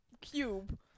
cube